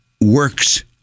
works